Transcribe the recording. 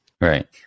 right